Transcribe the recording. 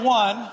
one